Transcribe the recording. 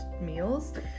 meals